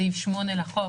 סעיף 8 לחוק,